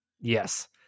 Yes